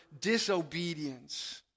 disobedience